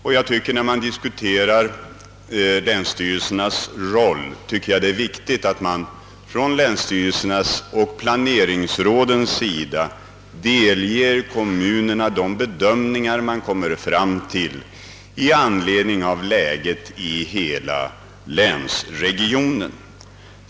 Och vad länsstyrelsernas roll beträffar, tycker jag det är viktigt att länsstyrelserna och planeringsråden delger kommunerna de bedömningar man gör i anledning av läget i hela länsregionen.